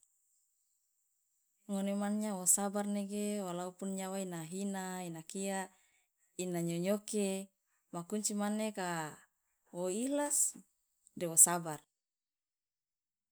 ngone man nyawa wo sabar nege walaupun nyawa ina hina ina kia ina nyonyoke ma kunci mane ka wo ikhlas de wo sabar.